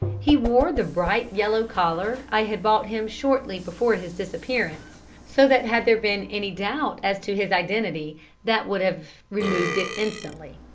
he wore the bright yellow collar i had bought him shortly before his disappearance, so that had there been any doubt as to his identity that would have removed it instantly.